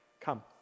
come